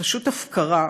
פשוט הפקרה.